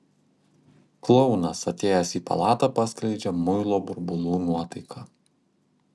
klounas atėjęs į palatą paskleidžia muilo burbulų nuotaiką